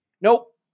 nope